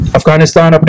Afghanistan